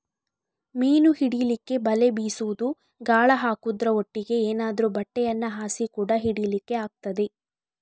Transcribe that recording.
ಮೀನು ಹಿಡೀಲಿಕ್ಕೆ ಬಲೆ ಬೀಸುದು, ಗಾಳ ಹಾಕುದ್ರ ಒಟ್ಟಿಗೆ ಏನಾದ್ರೂ ಬಟ್ಟೆಯನ್ನ ಹಾಸಿ ಕೂಡಾ ಹಿಡೀಲಿಕ್ಕೆ ಆಗ್ತದೆ